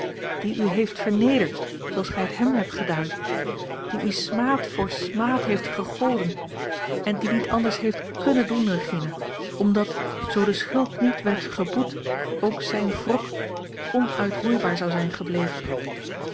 die u heeft vernederd zooals gij het hem hebt gedaan die u smaad voor smaad heeft vergolden en die niet anders heeft kunnen doen regina omdat z de schuld niet werd geboet ook zijn wrok onuitroeibaar zou zijn gebleven